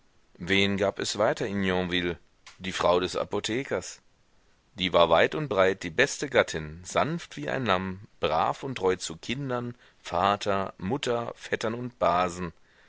wen gab es weiter in yonville die frau des apothekers die war weit und breit die beste gattin sanft wie ein lamm brav und treu zu kindern vater mutter vettern und basen